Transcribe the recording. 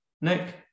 Nick